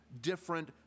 different